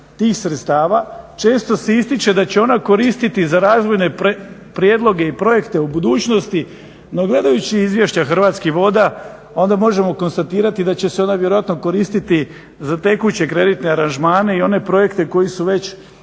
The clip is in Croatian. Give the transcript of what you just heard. tih sredstava često se ističe da će ona koristiti za razvojne prijedloge i projekte u budućnosti, no gledajući izvješća Hrvatskih voda onda možemo konstatirati da će se ona vjerojatno koristiti za tekuće kreditne aranžmane i one projekte koji su već